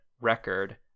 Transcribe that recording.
record